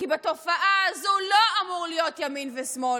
כי בתופעה הזו לא אמור להיות ימין ושמאל